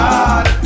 God